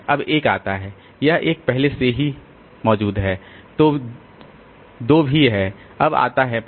अब 1 आता है यह एक 1 पहले से ही है 2 भी है अब आता है 5